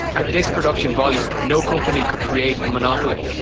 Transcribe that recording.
at this production volume no company could create a monopoly.